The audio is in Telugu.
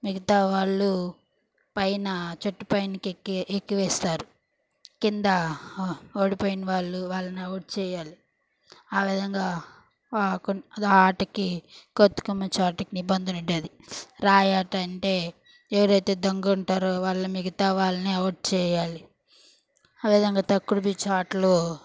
మిగతావాళ్ళు పైన చెట్టు పైనకి ఎక్కి ఎక్కేస్తారు కింద ఓడిపోయిన వాళ్ళు వాళ్ళని అవుట్ చేయాలి ఆ విధంగా కొన్ని ఆటకి కోతికొమ్మచ్చి ఆటకి నిబంధనలు ఉంటుంది రాయి ఆట అంటే ఎవరైతే దొంగ ఉంటారో వాళ్ళు మిగతా వాళ్ళని అవుట్ చేయాలి ఆ విధంగా తొక్కుడు పిచ్చ ఆటలో